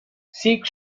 six